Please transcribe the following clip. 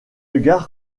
gare